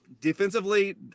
defensively